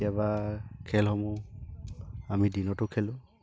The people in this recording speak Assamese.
কেতিয়াবা খেলসমূহ আমি দিনতো খেলোঁ